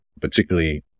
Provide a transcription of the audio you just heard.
particularly